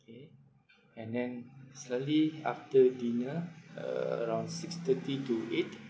K and then slightly after dinner uh around six thirty to eight